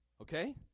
Okay